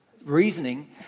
reasoning